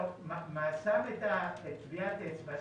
אתה שם את טביעת האצבע שלך,